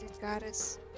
goddess